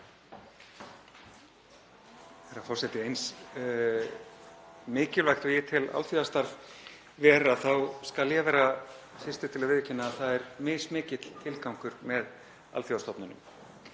Herra forseti. Eins mikilvægt og ég tel alþjóðastarf vera þá skal ég vera fyrstur til að viðurkenna að það er mismikill tilgangur með alþjóðastofnunum.